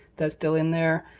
that's still in there.